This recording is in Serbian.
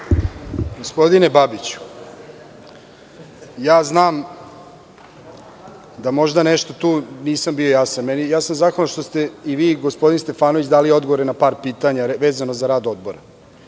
Gospodine Babiću, možda nešto tu nisam bio jasan. Zahvalan sam što ste i vi i gospodin Stefanović dali odgovore na par pitanja vezano za rad Odbora.